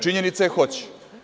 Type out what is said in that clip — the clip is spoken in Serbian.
Činjenica je da hoće.